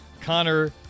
Connor